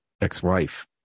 ex-wife